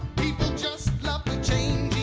just love to change